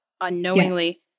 unknowingly